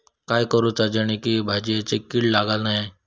काय करूचा जेणेकी भाजायेंका किडे लागाचे नाय?